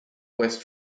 west